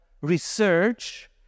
research